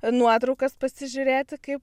nuotraukas pasižiūrėti kaip